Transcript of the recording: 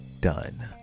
done